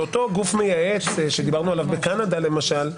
אותו גוף מייעץ שדיברנו עליו בקנדה למשל,